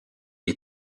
des